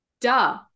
duh